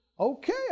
Okay